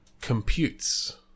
Computes